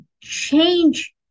change